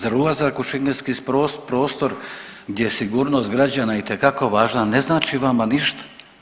Zar ulazak u šengenski prostor gdje sigurnost građana itekako važna, ne znači vama ništa?